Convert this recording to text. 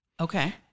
Okay